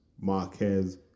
Marquez